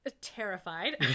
terrified